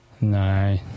No